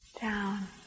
Down